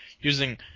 using